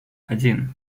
один